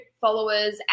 followers